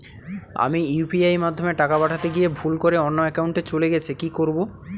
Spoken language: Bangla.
আমি ইউ.পি.আই মাধ্যমে টাকা পাঠাতে গিয়ে ভুল করে অন্য একাউন্টে চলে গেছে কি করব?